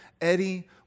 Eddie